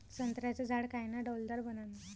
संत्र्याचं झाड कायनं डौलदार बनन?